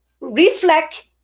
reflect